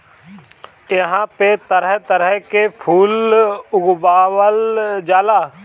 इहां पे तरह तरह के फूल उगावल जाला